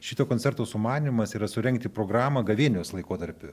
šito koncerto sumanymas yra surengti programą gavėnios laikotarpiu